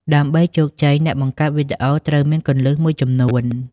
ដើម្បីជោគជ័យ អ្នកបង្កើតវីដេអូត្រូវមាន គន្លឹះ មួយចំនួន។